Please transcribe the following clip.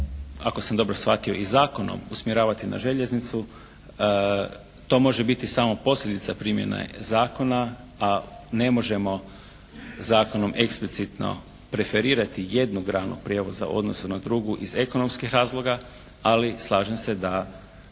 ako sam dobro shvatio i zakonom usmjeravati na željeznicu to može biti samo posljedica primjene zakona, a ne možemo zakonom eksplicitno preferirati jednu granu prijevoza u odnosu na drugu iz ekonomskih razloga. Ali slažem se da